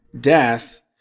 Death